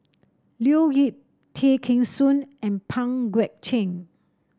Leo Yip Tay Kheng Soon and Pang Guek Cheng